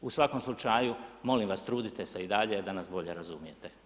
U svakom slučaju, molim vas trudite se i dalje da nas bolje razumijete.